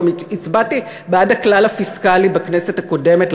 גם הצבעתי בעד הכלל הפיסקלי בכנסת הקודמת,